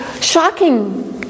shocking